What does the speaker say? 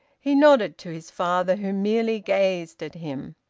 he nodded to his father, who merely gazed at him.